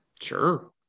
Sure